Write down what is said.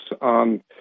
on